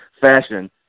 fashion